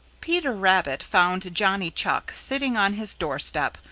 peter rabbit found johnny chuck sitting on his doorstep,